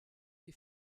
die